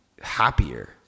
happier